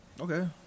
Okay